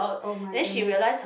oh-my-goodness